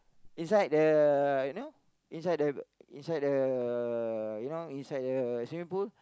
inside the you know inside the inside the you know inside the swimming pool